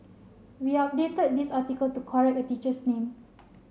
we updated this article to correct a teacher's name